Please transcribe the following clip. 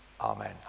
Amen